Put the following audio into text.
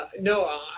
No